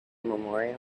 memorial